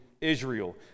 Israel